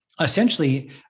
essentially